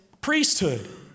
priesthood